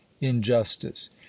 injustice